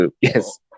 Yes